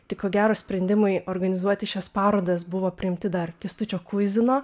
tik ko gero sprendimai organizuoti šias parodas buvo priimti dar kęstučio kuizino